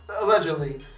allegedly